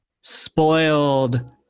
spoiled